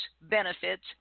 benefits